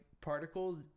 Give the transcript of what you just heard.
particles